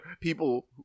people